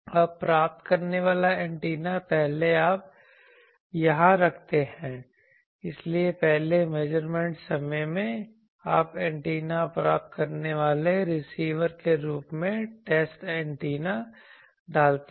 अब प्राप्त करने वाला एंटीना पहले आप यहां रखते हैं इसलिए पहले मेजरमेंट समय में आप एंटेना प्राप्त करने वाले रिसीवर के रूप में टेस्ट एंटीना डालते हैं